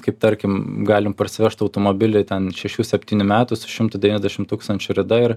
kaip tarkim galim parsivežt automobilį ten šešių septynių metų su šimtu devyniasdešim tūkstančių rida ir